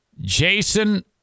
Jason